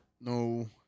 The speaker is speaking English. No